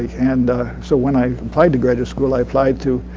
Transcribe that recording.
and so when i applied to graduate school i applied to